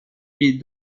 est